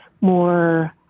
more